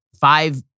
five